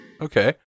Okay